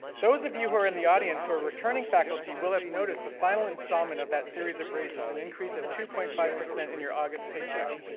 those of you who are in the audience who are returning faculty will have noticed the final installment of that series of raises, an increase of two point five, in your august paycheck.